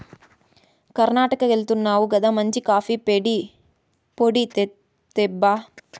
కర్ణాటకెళ్తున్నావు గదా మంచి కాఫీ పొడి తేబ్బా